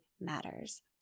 matters